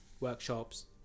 workshops